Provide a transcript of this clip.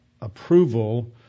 approval